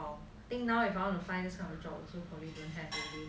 I think now if you want to find this kind of jobs you probably didn't have